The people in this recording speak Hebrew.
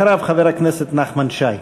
אחריו, חבר הכנסת נחמן שי.